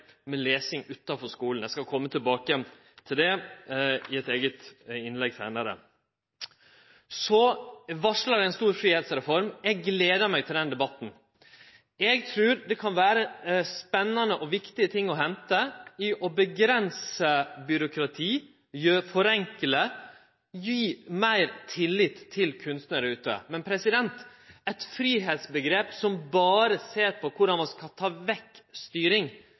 med lesing utanfor skulen. Eg skal komme tilbake igjen til det i eit eige innlegg seinare. Dei varsla ein stor fridomsreform. Eg gler meg til den debatten. Eg trur det kan vere spennande og viktige ting å hente i å avgrense byråkrati, forenkle og gi meir tillit til kunstnarar ute. Men eit fridomsomgrep som berre ser på korleis ein skal ta vekk styring,